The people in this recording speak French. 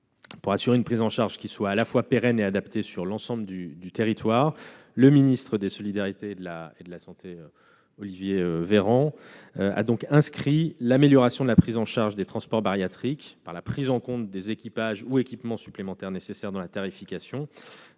Pour assurer une prise en charge à la fois pérenne et adaptée sur l'ensemble du territoire, le ministre des solidarités et de la santé, Olivier Véran, a inscrit l'amélioration de la prise en charge des transports bariatriques, via la prise en compte des équipages ou des équipements supplémentaires nécessaires dans la tarification,